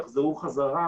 כשהם יחזרו לארצותיהם,